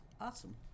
Awesome